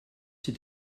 sie